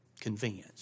Convinced